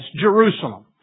Jerusalem